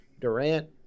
Durant